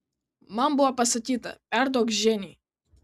man buvo pasakyta perduok ženiai